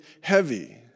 heavy